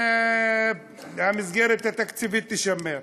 שהמסגרת התקציבית תישמר.